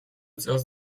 წელს